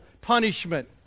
punishment